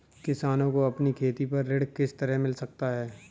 किसानों को अपनी खेती पर ऋण किस तरह मिल सकता है?